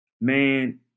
Man